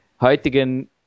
heutigen